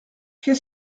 qu’est